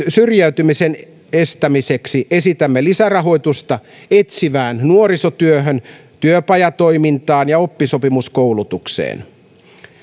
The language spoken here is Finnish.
syrjäytymisen estämiseksi esitämme lisärahoitusta etsivään nuorisotyöhön työpajatoimintaan ja oppisopimuskoulutukseen